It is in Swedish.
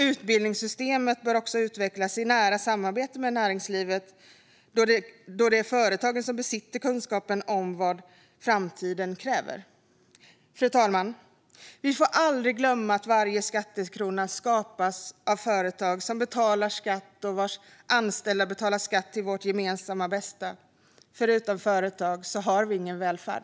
Utbildningssystemet bör utvecklas i nära samarbete med näringslivet, då det är företagen som besitter kunskapen om vad framtiden kräver. Fru talman! Vi får aldrig glömma att varje skattekrona skapas av företag som betalar skatt och vars anställda betalar skatt till vårt gemensamma bästa. Utan företag har vi ingen välfärd!